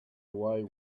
away